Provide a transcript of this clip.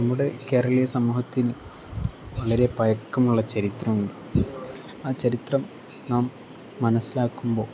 നമ്മുടെ കേരളീയ സമൂഹത്തിന് വളരെ പഴക്കമുള്ള ചരിത്രുണ്ട് ആ ചരിത്രം നാം മനസ്സിലാക്കുമ്പോൾ